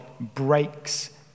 breaks